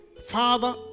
Father